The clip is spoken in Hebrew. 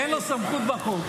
אין לו סמכות בחוק.